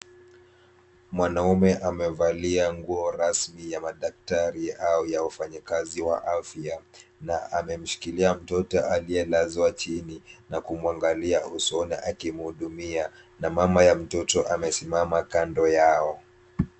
Mwanaume amevalia nguo rasmi ya madaktari au ya wafanyikazi wa afya na amemshikilia mtoto aliyelazwa chini na kumwangalia usoni akimhudumia na mama ya mtoto amesimama kando yao.